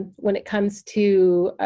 when it comes to.